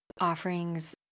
offerings